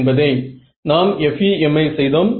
இது வந்து என்ன